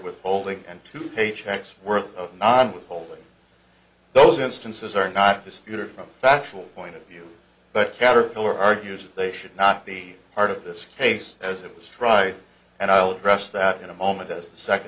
withholding and two paychecks worth of nine withholding those instances are not disputed from a factual point of view but caterpillar argues that they should not be part of this case as it was tried and i'll address that in a moment as the second